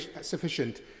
sufficient